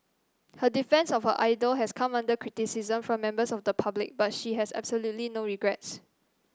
her defence of her idol has come under criticism from members of the public but she has absolutely no regrets